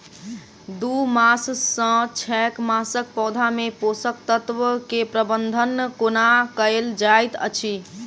दू मास सँ छै मासक पौधा मे पोसक तत्त्व केँ प्रबंधन कोना कएल जाइत अछि?